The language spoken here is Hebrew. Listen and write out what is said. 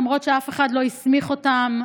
למרות שאף אחד לא הסמיך אותם.